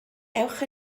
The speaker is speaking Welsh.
ewch